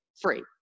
free